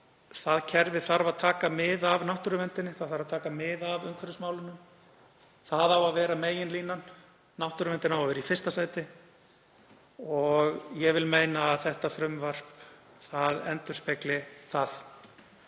það kerfi þarf að taka mið af náttúruverndinni, það þarf að taka mið af umhverfismálunum, það á að vera meginlínan. Náttúruverndin á að vera í fyrsta sæti og ég vil meina að þetta frumvarp endurspegli það.